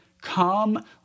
Come